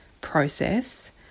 process